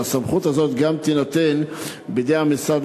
שהסמכות הזאת גם תינתן בידי המשרד